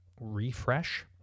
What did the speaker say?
refresh